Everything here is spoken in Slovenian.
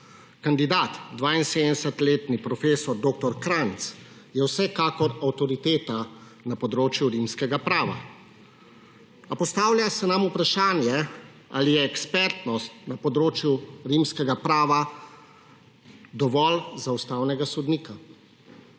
Kandidat, 72-letni profesor dr. Kranjc, je vsekakor avtoriteta na področju rimskega prava. A postavlja se nam vprašanje, ali je ekspertnost na področju rimskega prava dovolj za ustavnega sodnika,